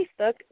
Facebook